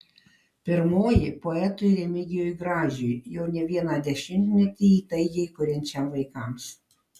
pirmoji poetui remigijui gražiui jau ne vieną dešimtmetį įtaigiai kuriančiam vaikams